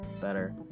better